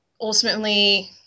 ultimately